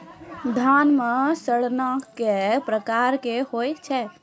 धान म सड़ना कै प्रकार के होय छै?